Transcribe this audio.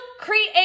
create